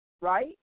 right